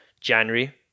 January